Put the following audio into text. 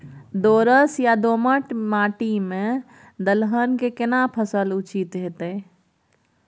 दोरस या दोमट माटी में दलहन के केना फसल उचित होतै?